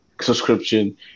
subscription